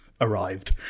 arrived